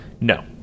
No